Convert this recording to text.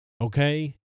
Okay